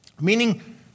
Meaning